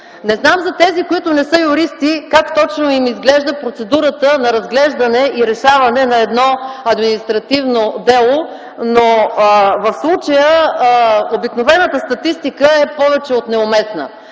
Не знам за тези, които не са юристи, как точно им изглежда процедурата на разглеждане и решаване на едно административно дело, но в случая обикновената статистика е повече от неуместна.